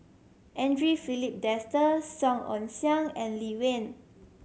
Andre Filipe Desker Song Ong Siang and Lee Wen